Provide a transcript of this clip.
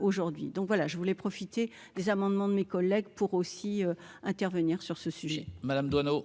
aujourd'hui, donc voilà, je voulais profiter des amendements de mes collègues pour aussi intervenir sur ce. Oui, Madame Jouanno.